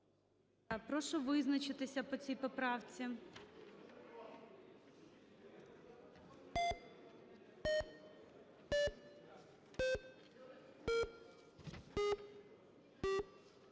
Прошу визначатися по ці поправці,